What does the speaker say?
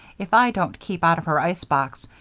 if i don't keep out of her ice box,